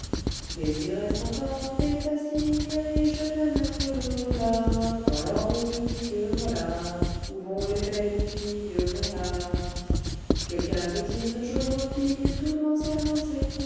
mais il reste encor des bastilles et je vais mettre le holà dans l'ordre public que voilà où vont les belles filles quelqu'un veut-il jouer aux quilles tout l'ancien